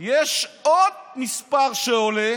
יש עוד מספר שעולה.